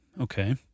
Okay